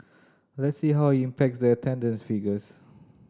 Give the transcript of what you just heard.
let's see how impacts the attendance figures